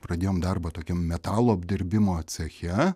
pradėjom darbą tokiam metalo apdirbimo ceche